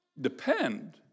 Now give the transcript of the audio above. depend